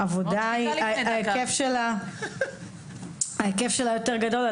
העבודה, ההיקף שלה יותר גדול.